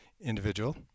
individual